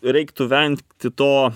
reiktų vengti to